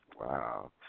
Wow